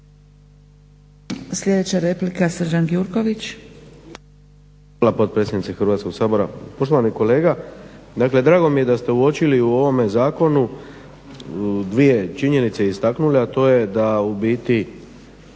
**Gjurković, Srđan (HNS)** Hvala potpredsjednice Hrvatskog sabora. Poštovani kolega, dakle drago mi je da ste uočili u ovome zakonu dvije činjenice istaknuli a to je da ubiti